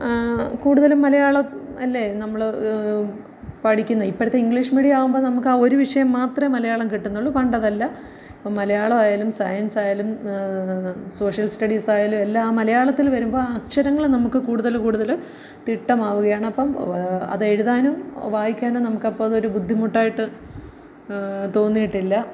കൂടുതലും മലയാളം അല്ലേ നമ്മൾ പഠിക്കുന്നത് ഇപ്പൊഴത്തെ ഇംഗ്ലീഷ് മീഡിയം ആകുമ്പോൾ നമുക്ക് ആ ഒരു വിഷയം മാത്രം മലയാളം കിട്ടുന്നുള്ളു പണ്ട് അതല്ല മലയാളമായാലും സയൻസായാലും സോഷ്യൽ സ്റ്റഡീസായാലും എല്ലാം മലയാളത്തിൽ വരുമ്പോൾ ആ അക്ഷരങ്ങൾ നമുക്ക് കൂടുതൽ കൂടുതൽ തിട്ടമാവുകയാണ് അപ്പം അത് എഴുതാനും വായിക്കാനും നമുക്കപ്പോൾ അതൊരു ബുദ്ധിമുട്ടായിട്ട് തോന്നിയിട്ടില്ല